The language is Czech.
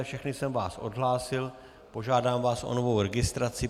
Všechny jsem vás odhlásil, požádám vás o novou registraci.